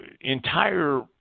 Entire